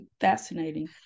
fascinating